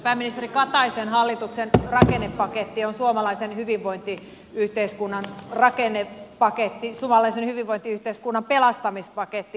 pääministeri kataisen hallituksen rakennepaketti on suomalaisen hyvinvointiyhteiskunnan rakennepaketti suomalaisen hyvinvointiyhteiskunnan pelastamispaketti